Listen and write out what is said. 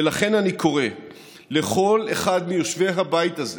ולכן אני קורא לכל אחד מיושבי הבית הזה